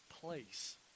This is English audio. place